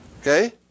Okay